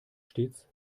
stets